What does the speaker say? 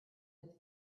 was